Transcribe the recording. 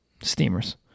Steamers